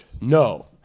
No